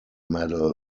medal